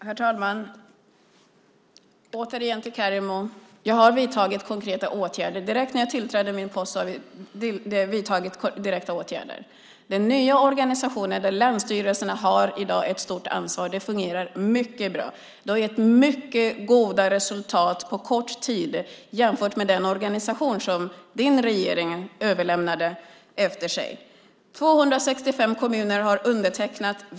Herr talman! Jag vill återigen säga till Kerimo att jag har vidtagit konkreta åtgärder. Direkt när jag tillträdde min post vidtog vi konkreta åtgärder. Den nya organisationen där länsstyrelserna i dag har ett stort ansvar fungerar mycket bra. Det har gett mycket goda resultat på kort tid jämfört med den organisation som din regering lämnade efter sig. 265 kommuner har undertecknat kontrakt.